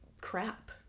crap